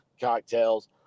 cocktails